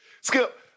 Skip